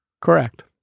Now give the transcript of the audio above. Correct